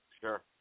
sure